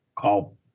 call